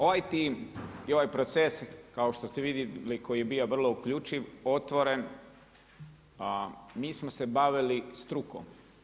Ovaj tim i ovaj proces, kao što ste vidjeli koji je bio vrlo uključiv, otvoren, mi smo se bavili strukom.